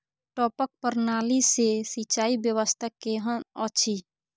टपक प्रणाली से सिंचाई व्यवस्था केहन अछि?